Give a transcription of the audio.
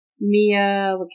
Mia